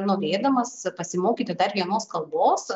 norėdamas pasimokyti dar vienos kalbos